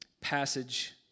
passage